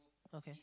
okay